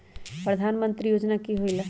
प्रधान मंत्री योजना कि होईला?